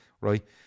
right